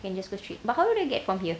can just go straight but how do I get from here